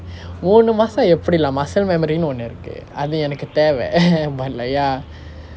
மூன்று மாசம் எப்படி:moondru maasam eppadi lah muscle memory ன்னு ஒன்னு இருக்கு அது எனக்கு தேவை:nnu onnu irukku athu enakku thevai but like ya